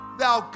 thou